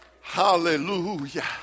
Hallelujah